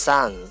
Sun